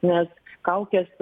nes kaukės